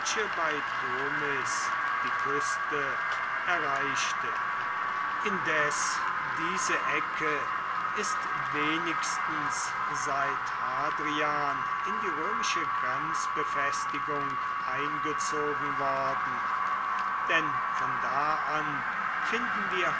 die küste erreichte indes diese ecke ist wenigstens seit hadrian in die römische grenzbefestigung eingezogen worden denn von da an finden wir